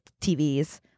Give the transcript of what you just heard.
TVs